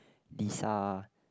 Disa